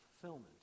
fulfillment